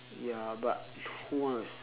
ya but who wants